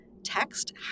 text